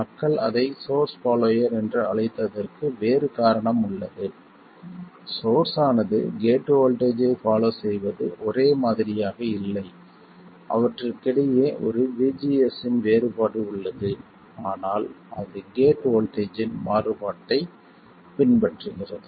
மக்கள் அதை source follower என்று அழைத்ததற்கு வேறு காரணம் உள்ளது சோர்ஸ் ஆனது கேட் வோல்ட்டேஜ் ஐ பாலோ செய்வது ஒரே மாதிரியாக இல்லை அவற்றுக்கிடையே ஒரு VGS இன் வேறுபாடு உள்ளது ஆனால் அது கேட் வோல்ட்டேஜ் இன் மாறுபாட்டைப் பின்பற்றுகிறது